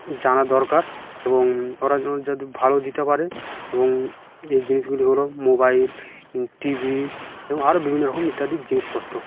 জানা দরকার এবং ওরা যদি ভালো দিতে পারে এবং যে জিনিসগুলি হলো মোবাইল টিভি এবং আরও বিভিন্ন রকম ইত্যাদি জিনিসপত্র